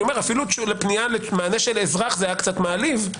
אפילו למענה לאזרח היה קצת מעליב,